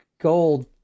gold